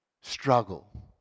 Struggle